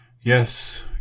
Yes